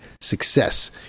success